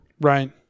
Right